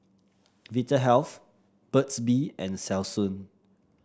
Vitahealth Burt's Bee and Selsun